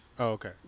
okay